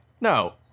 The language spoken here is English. No